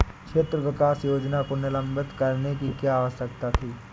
क्षेत्र विकास योजना को निलंबित करने की क्या आवश्यकता थी?